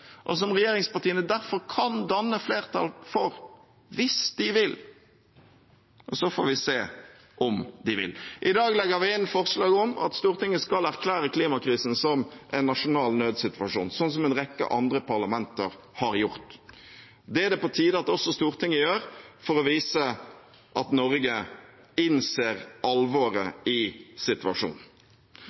og som regjeringspartiene derfor kan danne flertall for hvis de vil. Og så får vi se om de vil. I dag legger vi inn forslag om at Stortinget skal erklære klimakrisen som en nasjonal nødsituasjon, slik en rekke andre parlamenter har gjort. Det er det på tide at også Stortinget gjør, for å vise at Norge innser alvoret i situasjonen.